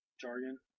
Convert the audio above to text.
jargon